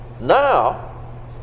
now